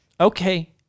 Okay